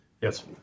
Yes